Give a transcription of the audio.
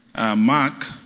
Mark